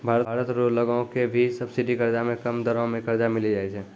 भारत रो लगो के भी सब्सिडी कर्जा मे कम दरो मे कर्जा मिली जाय छै